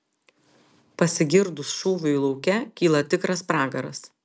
pasigirdus šūviui lauke kyla tikras pragaras